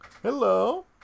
Hello